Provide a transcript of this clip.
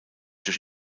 durch